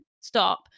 stop